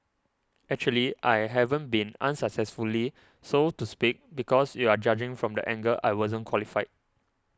actually I haven't been unsuccessfully so to speak because you are judging from the angle I wasn't qualified